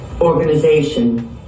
organization